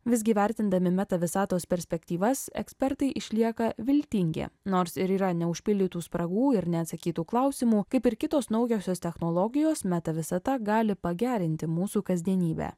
visgi vertindami meta visatos perspektyvas ekspertai išlieka viltingi nors ir yra neužpildytų spragų ir neatsakytų klausimų kaip ir kitos naujosios technologijos meta visata gali pagerinti mūsų kasdienybę